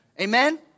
Amen